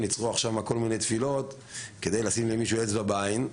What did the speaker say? לצרוח שם כל מיני תפילות כדי לשים אצבע למישהו בעין.